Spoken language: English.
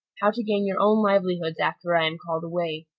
how to gain your own livelihoods after i am called away.